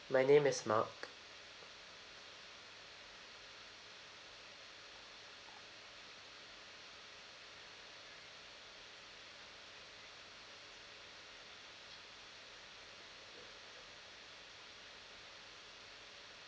my name is mark